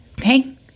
okay